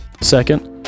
Second